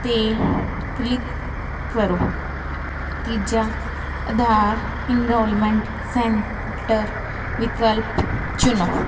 'ਤੇ ਕਲਿੱਪ ਕਰੋ ਤੀਜਾ ਆਧਾਰ ਇਨਰੋਲਮੈਂਟ ਸੈਂਟਰ ਵਿਕਲਪ ਚੁਣੋ